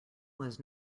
was